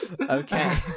Okay